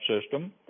system